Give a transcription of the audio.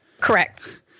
Correct